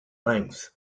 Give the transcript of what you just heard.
length